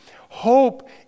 Hope